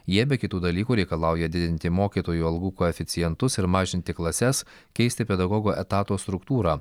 jie be kitų dalykų reikalauja didinti mokytojų algų koeficientus ir mažinti klases keisti pedagogo etato struktūrą